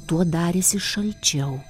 tuo darėsi šalčiau